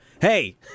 Hey